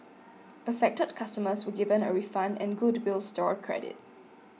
affected customers were given a refund and goodwill store credit